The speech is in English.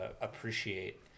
appreciate